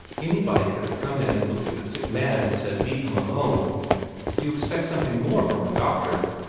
anybody could have come in and looked at a sick man and said, leave him alone you expect something more from a doctor.